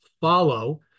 follow